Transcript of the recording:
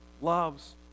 loves